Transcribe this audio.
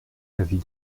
l’avis